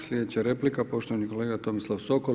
Slijedeća replika, poštovani kolega Tomislav Sokol.